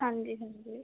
ਹਾਂਜੀ ਹਾਂਜੀ